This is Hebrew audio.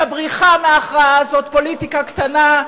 ובריחה מההכרעה זאת פוליטיקה קטנה,